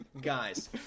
guys